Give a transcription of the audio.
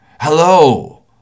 Hello